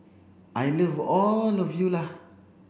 I love all of you lah